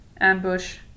ambush